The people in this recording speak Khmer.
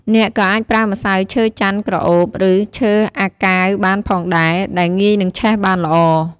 អ្នកក៏អាចប្រើម្សៅ ឈើចន្ទន៍ក្រអូប ឬ ឈើអាកាវបានផងដែរ ដែលងាយនិងឆេះបានល្អ។